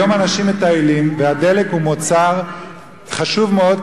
היום אנשים מטיילים והדלק הוא מוצר חשוב מאוד,